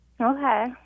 Okay